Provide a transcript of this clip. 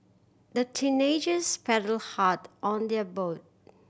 the teenagers paddled hard on their boat